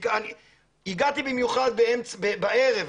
הגעתי במיוחד בערב,